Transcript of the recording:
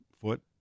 foot